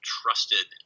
trusted